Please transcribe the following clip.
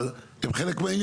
אבל זה גם חלק מהעניין,